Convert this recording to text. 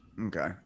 okay